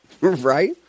Right